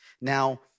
Now